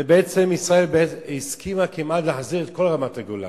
ובעצם, ישראל הסכימה כמעט להחזיר את כל רמת-הגולן.